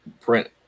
print